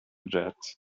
jet